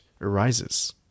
arises